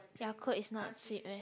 their Coke is not sweet eh